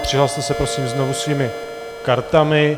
Přihlaste se prosím znovu svými kartami.